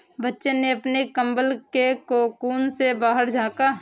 बच्चे ने अपने कंबल के कोकून से बाहर झाँका